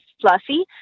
fluffy